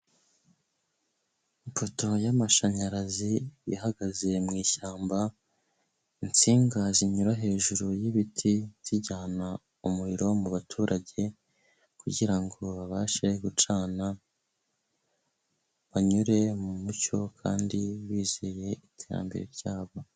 Ipoto y'amashanyarazi ihagaze mu ishyamba, insinga zinyura hejuru y'ibiti zijyana umuriro mu baturage kugira ngo babashe gucana, banyure mu mucyo kandi bizeye iterambere ryabo.